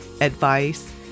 advice